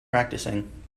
practicing